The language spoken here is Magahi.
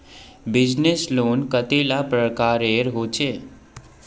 बिजनेस लोन कतेला प्रकारेर होचे?